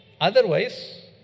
Otherwise